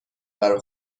برا